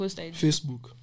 Facebook